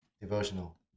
devotional